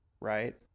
Right